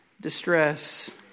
distress